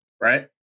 right